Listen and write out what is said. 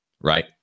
right